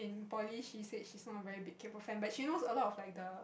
in poly she said she's not a very big Kpop fan but she knows a lot of like the